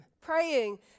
Praying